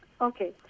Okay